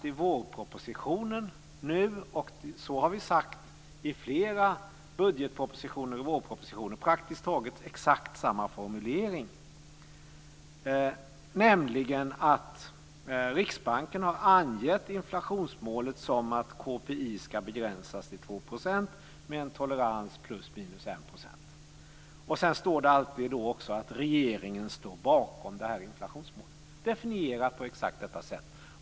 I vårpropositionen nu och i flera budgetpropositioner och vårpropositioner har det varit praktiskt taget exakt samma formulering, nämligen att Riksbanken har angett inflationsmålet som att KPI ska begränsas till 2 % med en tolerans på ±1 %. Sedan står det alltid att regeringen står bakom det här inflationsmålet, definierat på exakt detta sätt.